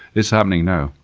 it's happening now.